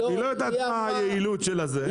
היא לא יודעת מה היעילות של זה.